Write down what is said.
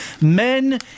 Men